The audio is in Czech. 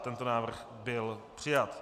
Tento návrh byl přijat.